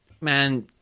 man